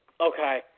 Okay